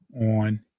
on